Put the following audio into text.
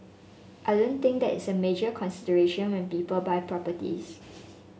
I don't think that is a major consideration when people buy properties